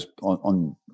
on